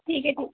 ठीक ऐ ठीक